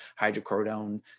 hydrocodone